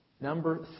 Number